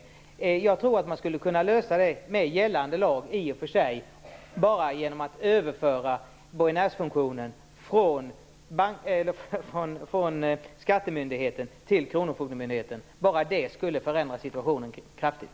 Jag tror i och för sig att man skulle kunna lösa problemet med gällande lag bara genom att överföra borgenärsfunktionen från skattemyndigheten till kronofogdemyndigheten. Bara det skulle förändra situationen kraftigt.